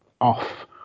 off